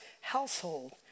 household